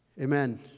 Amen